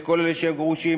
את כל אלה שהם גרושים,